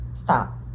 stop